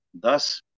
Thus